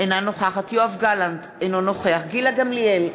אינה נוכחת יואב גלנט, אינו נוכח גילה גמליאל,